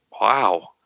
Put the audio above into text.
wow